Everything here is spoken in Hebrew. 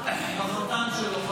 עם החתן שלו,